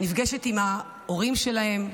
נפגשת עם ההורים שלהם,